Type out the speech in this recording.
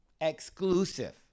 exclusive